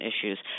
issues